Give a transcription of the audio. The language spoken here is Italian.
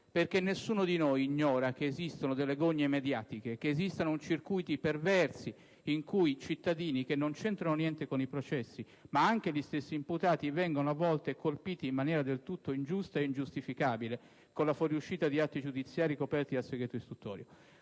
reali. Nessuno di noi ignora infatti che esistono gogne mediatiche e circuiti perversi in cui cittadini che non c'entrano niente con i processi, ma anche gli stessi imputati vengono colpiti in maniera ingiusta e ingiustificabile, con la fuoriuscita di atti giudiziari coperti dal segreto istruttorio.